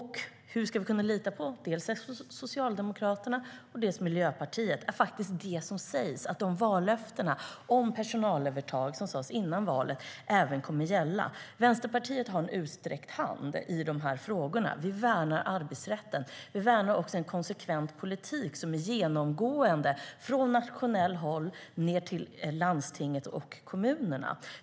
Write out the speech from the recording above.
Hur ska vi kunna lita dels på Socialdemokraterna, dels på Miljöpartiet när det gäller om vallöftena om personalövertagande som gavs före valet kommer att gälla? Vänsterpartiet har en utsträckt hand i de här frågorna. Vi värnar arbetsrätten. Vi värnar också en konsekvent politik som är genomgående, från nationellt håll till landstinget och kommunerna.